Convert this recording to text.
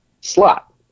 slot